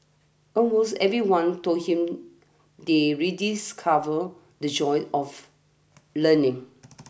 almost everyone told him they rediscovered the joy of learning